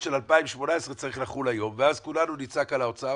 של 2018 צריך לחול היום ואז כולנו נצעק על האוצר,